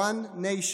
one nation.